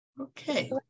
Okay